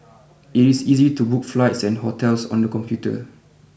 it is easy to book flights and hotels on the computer